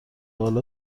حالا